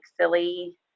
silly